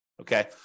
okay